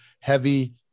heavy